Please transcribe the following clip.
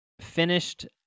finished